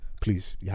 Please